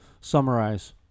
summarize